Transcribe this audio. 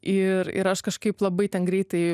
ir ir aš kažkaip labai ten greitai